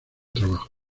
trabajo